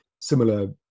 similar